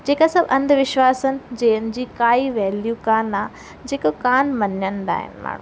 जेका सभु अंधविश्वासनि जंहिंजी काई वैल्यू कोन आहे जेका कोन मञंदा आहिनि माण्हू